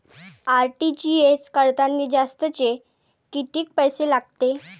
RTGS करतांनी जास्तचे कितीक पैसे लागते?